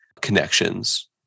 connections